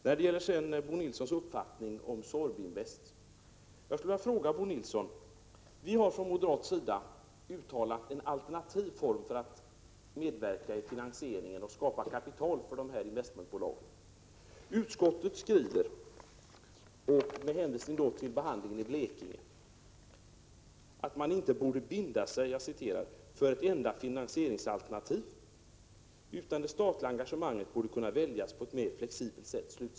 Jag vill ställa en fråga till Bo Nilsson angående Sorbinvest. Vi har från moderat sida uttalat en alternativ form för att medverka i finansieringen och skapa kapital för dessa investmentbolag. Utskottet skriver med hänvisning till behandlingen av frågan om formerna för ett statligt tillskott till ett nybildat investmentbolag i Blekinge län att ”man inte borde binda sig för ett enda finansieringsalternativ ——— utan det statliga engagemanget borde kunna väljas på ett mer flexibelt sätt”.